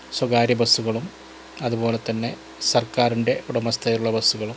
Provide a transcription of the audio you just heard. സ്വകാര്യ ബസുകളും അത് പോലെ തന്നെ സർക്കാരിൻ്റെ ഉടമസ്ഥതയിലുള്ള ബസുകളും